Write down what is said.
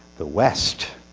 the west.